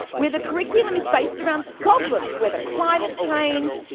where the curriculum is based around problems, whether climate change,